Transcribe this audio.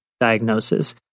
diagnosis